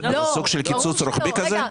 זה סוג של קיצוץ רוחבי כזה?